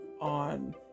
on